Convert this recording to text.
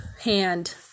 hand